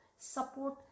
Support